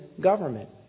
government